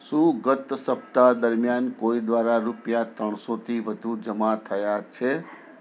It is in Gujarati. શું ગત સપ્તાહ દરમિયાન કોઈ દ્વારા રૂપિયા ત્રણસોથી વધુ જમા થયાં છે